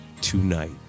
Tonight